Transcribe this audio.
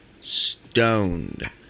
stoned